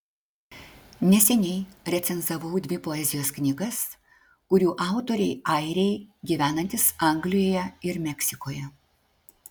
neseniai recenzavau dvi poezijos knygas kurių autoriai airiai gyvenantys anglijoje ir meksikoje